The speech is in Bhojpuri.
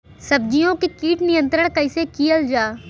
सब्जियों से कीट नियंत्रण कइसे कियल जा?